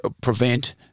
prevent